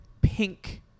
pink